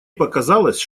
показалось